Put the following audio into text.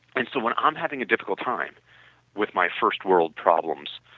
and so when i'm having a difficult time with my first world problems,